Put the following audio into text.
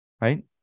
right